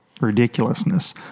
ridiculousness